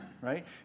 right